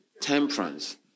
temperance